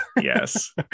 Yes